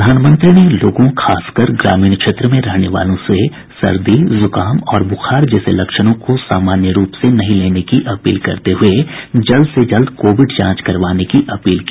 प्रधानमंत्री ने लोगों खासकर ग्रामीण क्षेत्र में रहने वालों से सर्दी जुकाम और बुखार जैसे लक्षणों को सामान्य रूप से नहीं लेने की अपील करते हुए जल्द से जल्द कोविड जांच करवाने की अपील की